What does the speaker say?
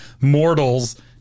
mortals